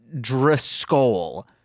Driscoll